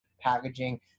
packaging